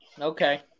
Okay